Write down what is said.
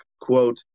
Quote